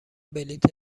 بلیط